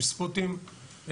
עם ספוטים,